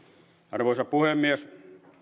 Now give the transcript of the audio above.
arvoisa puhemies